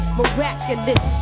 Miraculous